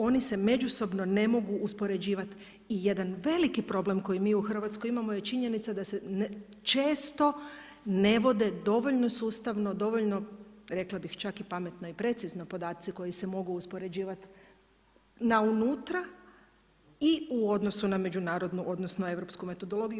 Oni se međusobno ne mogu uspoređivati i jedan veliki problem koji mi u Hrvatskoj imamo je činjenica često ne vode dovoljno sustavno, dovoljno rekla bih čak i pametno i precizno podaci koji se mogu uspoređivat na unutra i u odnosu na međunarodnu, odnosno europsku metodologiju.